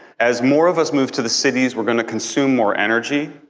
as more of us move to the cities, we're going to consume more energy.